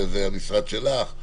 זה המשרד שלך?